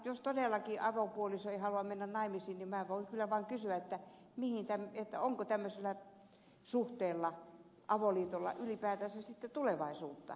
jos todellakaan avopuoliso ei halua mennä naimisiin niin minä voin kyllä vaan kysyä onko tämmöisellä suhteella avoliitolla ylipäätänsä sitten tulevaisuutta